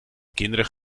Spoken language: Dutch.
kinderen